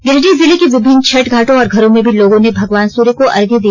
गिरिडीह जिले के विभिन्न छठ घाटों और घरों में भी लोगों ने भगवान सूर्य को अर्घ्य दिया